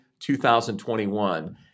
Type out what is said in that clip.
2021